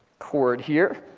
chord here.